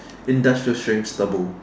industrial strength stubble